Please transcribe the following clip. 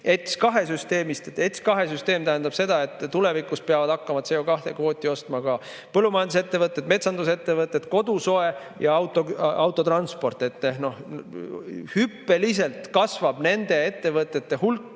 ETS2 süsteemist. ETS2 süsteem tähendab seda, et tulevikus peavad hakkama CO2kvooti ostma ka põllumajandusettevõtted, metsandusettevõtted, kodusoe ja autotransport. Hüppeliselt kasvab nende ettevõtete hulk,